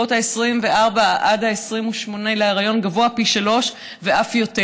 ה-24 עד השבוע ה-28 להיריון גבוהה פי שלושה ואף יותר.